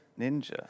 Ninja